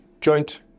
joint